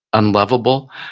unlovable.